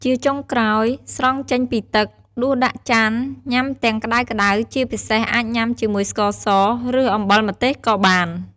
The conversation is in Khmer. ជាចុងក្រោយ ស្រង់ចេញពីទឹក ដួសដាក់ចានញ៉ាំទាំងក្តៅៗ ជាពិសេសអាចញ៉ាំជាមួយស្ករស ឬអំបិលម្ទេសក៏បាន។